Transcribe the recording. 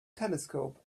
telescope